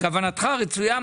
כוונתך רצויה,